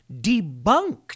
debunked